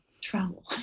travel